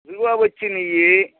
Vivo వచ్చినాయి